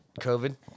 COVID